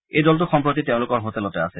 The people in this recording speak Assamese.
এই দলটো সম্প্ৰতি তেওঁলোকৰ হোটেলত আছে